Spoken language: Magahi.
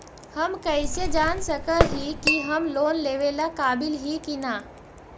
हम कईसे जान सक ही की हम लोन लेवेला काबिल ही की ना?